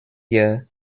hier